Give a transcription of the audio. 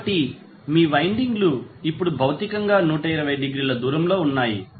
కాబట్టి మీ వైండింగ్లు ఇప్పుడు భౌతికంగా 120 డిగ్రీల దూరంలో ఉన్నాయి